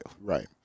Right